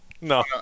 No